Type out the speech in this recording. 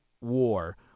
war